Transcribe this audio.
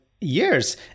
years